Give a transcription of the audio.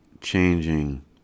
changing